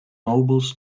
nobles